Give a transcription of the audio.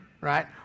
right